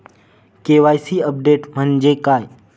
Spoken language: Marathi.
के.वाय.सी अपडेट म्हणजे काय?